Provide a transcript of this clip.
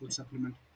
supplement